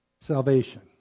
Salvation